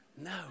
No